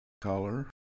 color